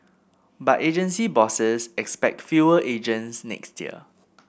but agency bosses expect fewer agents next year